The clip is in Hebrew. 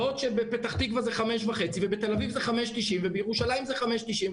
בעוד שבפתח תקווה זה 5.5 ובתל אביב זה 5.90 ובירושלים זה 5.90,